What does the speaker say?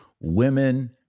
women